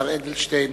השר אדלשטיין,